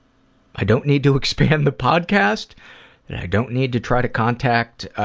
i don't need to expand the podcast and i don't need to try to contact,